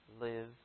live